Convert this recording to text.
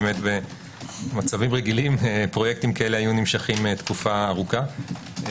בזמנים רגילים פרויקטים כאלה היו נמשכים תקופה ארוכה.